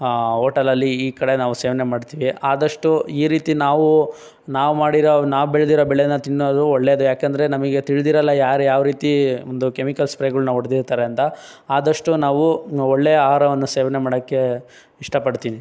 ಆ ಹೋಟಲಲ್ಲಿ ಈ ಕಡೆ ನಾವು ಸೇವನೆ ಮಾಡ್ತೀವಿ ಅದಷ್ಟು ಈ ರೀತಿ ನಾವು ನಾವು ಮಾಡಿರೋ ನಾವು ಬೆಳೆದಿರೋ ಬೆಳೆನ ತಿನ್ನೋದು ಒಳ್ಳೆಯದೆ ಏಕೆಂದ್ರೆ ನಮಗೆ ತಿಳಿದಿರಲ್ಲ ಯಾರ ಯಾವ ರೀತಿ ಒಂದು ಕೆಮಿಕಲ್ಸ್ ಸ್ಪ್ರೇಗಳನ್ನ ಹೊಡೆದಿರ್ತಾರಂತ ಆದಷ್ಟು ನಾವೂ ಒಳ್ಳೆಯ ಆಹಾರವನ್ನು ಸೇವನೆ ಮಾಡೋಕ್ಕೆ ಇಷ್ಟ ಪಡ್ತೀನಿ